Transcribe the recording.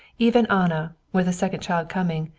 even anna, with a second child coming,